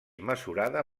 mesurada